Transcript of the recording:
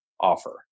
offer